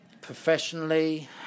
Professionally